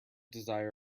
desire